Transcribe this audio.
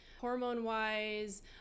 hormone-wise